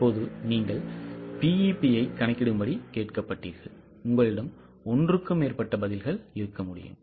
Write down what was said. இப்போது நீங்கள் BEP ஐக் கணக்கிடும்படி கேட்கப்பட்டீர்கள் உங்களிடம் ஒன்றுக்கு மேற்பட்ட பதில்கள் இருக்க முடியும்